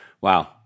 Wow